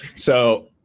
so,